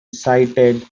sighted